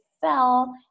fell